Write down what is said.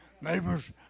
Neighbors